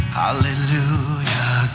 hallelujah